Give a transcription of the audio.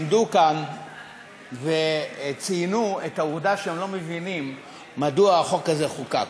עמדו כאן וציינו את העובדה שהם לא מבינים מדוע החוק הזה חוקק,